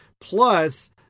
plus